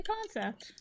concept